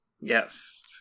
Yes